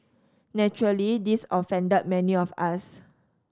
naturally this offended many of us